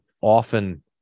often